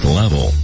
level